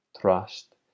trust